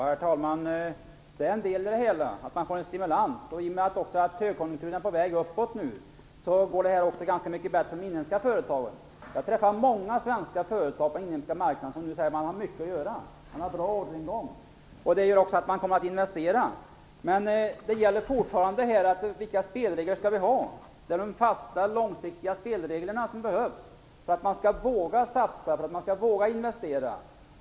Herr talman! Att få en stimulans är en del i det hela. I och med att högkonjunkturen är på väg nu går de inhemska företagen också ganska mycket bättre. Jag har träffat många svenska företagare på den inhemska marknaden som säger att de har mycket att göra. De har en bra orderingång. Det gör också att de kommer att investera. Men frågan är fortfarande vilka spelregler vi skall ha. Det behövs fasta långsiktiga spelregler för att man skall våga satsa och investera.